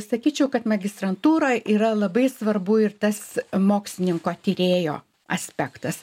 sakyčiau kad magistrantūroj yra labai svarbu ir tas mokslininko tyrėjo aspektas